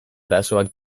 arazoak